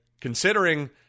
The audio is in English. considering